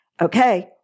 Okay